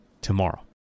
tomorrow